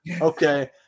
okay